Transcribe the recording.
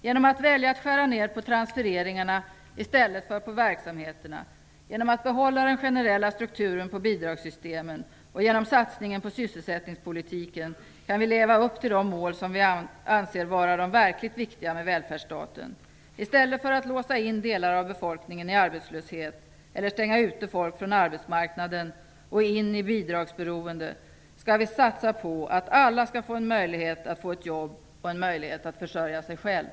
Genom att välja att skära ned på transfereringarna i stället för på verksamheterna, genom att behålla den generella strukturen på bidragssystemen och genom satsningen på sysselsättningspolitiken kan vi leva upp till de mål som vi anser vara de verkligt viktiga med välfärdsstaten. I stället för att låsa in delar av befolkningen i arbetslöshet eller stänga ute folk från arbetsmarknaden och in i bidragsberoende skall vi satsa på att ge alla möjligheten att få ett jobb och försörja sig själv.